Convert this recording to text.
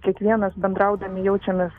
kiekvienas bendraudami jaučiamės